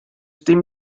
dim